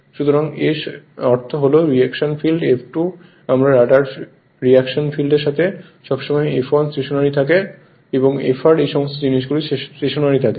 সুতরাং এর অর্থ হল রিয়াকশন ফিল্ড F2 আমরা রটারের রিয়াকশন ফিল্ড এর সাথে সবসময় F1 স্টেশনারি থাকে বা Fr এই সমস্ত জিনিসগুলি স্টেশনারি থাকে